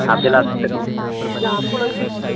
آپ دلا کیا آپ کو لگے